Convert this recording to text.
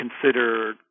consider